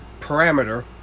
parameter